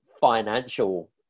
financial